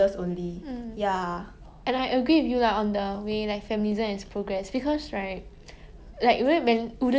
twentieth twenty first century it's like we all support amy because she's fighting for what she want fighting for what she like her own rights lah